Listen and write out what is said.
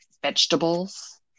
vegetables